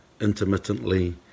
intermittently